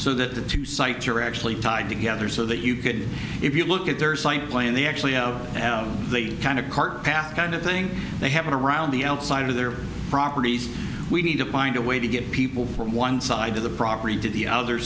so that the two sites are actually tied together so that you could if you look at their site play and they actually have the kind of cart path kind of thing they have around the outside of their properties we need to find a way to get people from one side of the property to the other